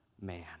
man